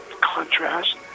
contrast